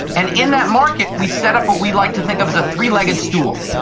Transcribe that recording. and in that market we set up what we like to think of as a three-legged stool.